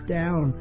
down